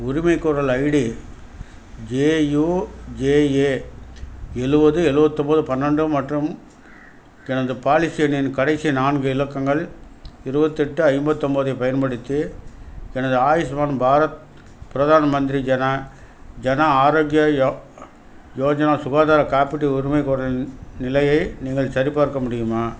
உரிமைகோரல் ID J U J A எழுவது எழுவத்தொம்போது பன்னெண்டு மற்றும் எனது பாலிசி எண்ணின் கடைசி நான்கு இலக்கங்கள் இருபத்தெட்டு ஐம்பத்தொம்பதைப் பயன்படுத்தி எனது ஆயுஷ்மான் பாரத் பிரதான் மந்திரி ஜனா ஜன ஆரோக்ய யோ யோஜனா சுகாதார காப்பீட்டு உரிமைகோரலின் நி நிலையை நீங்கள் சரிபார்க்க முடியுமா